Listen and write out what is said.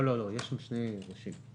יש שם שני דברים: